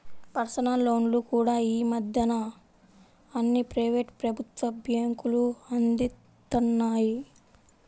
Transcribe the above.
personal లోన్లు కూడా యీ మద్దెన అన్ని ప్రైవేటు, ప్రభుత్వ బ్యేంకులూ అందిత్తన్నాయి